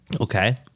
Okay